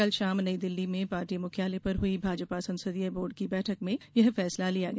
कल शाम नई दिल्ली में पार्टी मुख्यालय पर हुई भाजपा संसदीय बोर्ड की बैठक में यह फैसला लिया गया